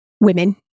women